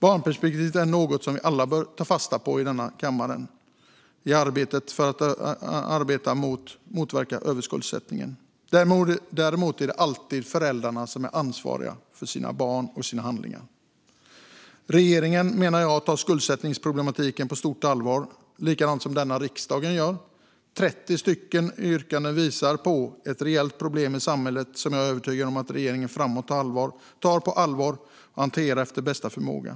Barnperspektivet är något som vi alla i denna kammare bör ta fasta på i arbetet med att motverka överskuldsättning. Däremot är det alltid föräldrarna som är ansvariga för sina barn och sina handlingar. Regeringen tar skuldsättningsproblematiken på stort allvar, liksom riksdagen gör. 30 stycken yrkanden visar på ett reellt problem i samhället som jag är övertygad om att regeringen tar på allvar och hanterar efter bästa förmåga.